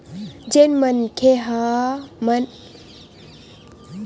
जेन मनखे मन ह मनमाड़े बड़हर रहिथे ओमन ह तो कइसनो करके इलाज पानी म खरचा कर डारथे